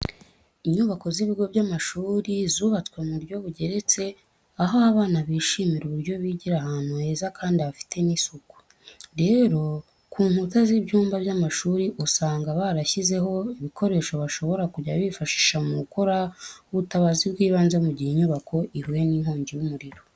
Inyubako z'ibigo by'amashuri zubatswe mu buryo bugeretse, aho abana bishimira uburyo bigira ahantu heza kandi hafite n'isuku. Rero ku nkuta z'ibyumba by'amashuri usanga barashyizeho ibikoresho bashobora kujya bifashisha mu gukora ubutabazi bw'ibanze mu gihe inyubako ihuye nk'inkongi y'umuriro.